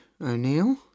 O'Neill